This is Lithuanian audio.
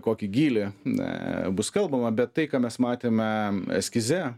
kokį gylį na bus kalbama bet tai ką mes matėme eskize